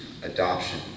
adoption